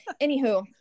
Anywho